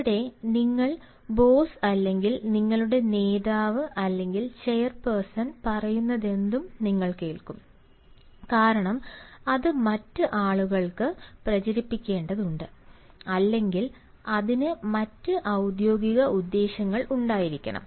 ഇവിടെ നിങ്ങളുടെ ബോസ് അല്ലെങ്കിൽ നിങ്ങളുടെ നേതാവ് അല്ലെങ്കിൽ ചെയർപേഴ്സൺ പറയുന്നതെന്തും നിങ്ങൾ കേൾക്കും കാരണം അത് മറ്റ് ആളുകൾക്ക് പ്രചരിപ്പിക്കേണ്ടതുണ്ട് അല്ലെങ്കിൽ അതിന് മറ്റ് ഔദ്യോഗിക ഉദ്ദേശ്യങ്ങൾ ഉണ്ടായിരിക്കണം